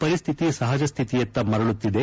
ಪರಿಸ್ಹಿತಿ ಸಹಜಸ್ಹಿತಿಯತ್ತ ಮರಳುತ್ತಿದೆ